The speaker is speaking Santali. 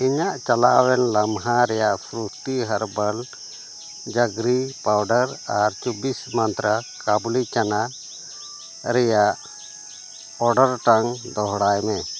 ᱤᱧᱟᱜ ᱪᱟᱞᱟᱣᱮᱱ ᱞᱟᱢᱦᱟ ᱨᱮᱭᱟᱜ ᱟᱨ ᱪᱚᱵᱽᱵᱤᱥ ᱟᱨ ᱪᱚᱵᱵᱤᱥ ᱢᱟᱱᱛᱨᱟ ᱠᱟᱵᱩᱞᱤ ᱪᱟᱱᱟ ᱨᱮᱭᱟᱜ ᱛᱟᱢ ᱫᱚᱲᱦᱟᱭ ᱢᱮ